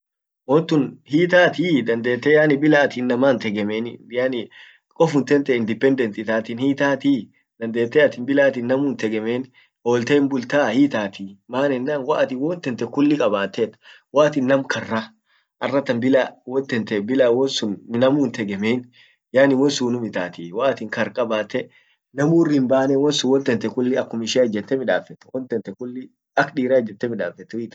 naman yaa ralle fuledi anasemei wamishda sharee dalot ketti annin haan wamte hinbekka ammotu diko shugulit ankabe taka hindufne ammmotu ralle fuledi anasamei wokti dibbi waatin shereket wolin jiraa dubata ana aratan annen diko gar ijeme, ralle fudedi dub anasemei wou hiisheinii barre dibbi mal dibbi wollin jirra worabbin fed.